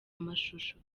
amashusho